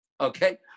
okay